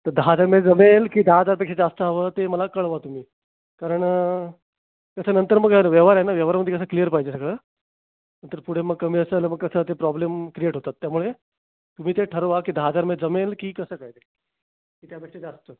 तर दहा हजारमध्ये जमेल की दहा हजारपेक्षा जास्त हवं ते मला कळवा तुम्ही कारण त्याच्यानंतर मग व्यवहार आहे ना व्यवहारमध्ये कसं क्लिअर पाहिजे सगळं नाही तर पुढे मग कमी जास्त झाला मग कसं ते प्रॉब्लम क्रिएट होतात त्या मुळे तुम्ही ते ठरवा की दहा हजारमध्ये जमेल की कसं काय आहे ते की त्या पेक्षा जास्त